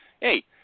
hey